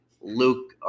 Luke